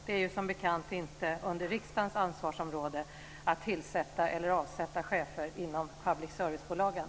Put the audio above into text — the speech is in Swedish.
Det är som bekant inte under riksdagens ansvarsområde att tillsätta eller avsätta chefer inom public service-bolagen.